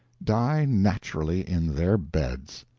die naturally in their beds!